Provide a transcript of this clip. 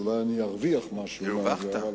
חשבתי שאולי אני ארוויח משהו מזה.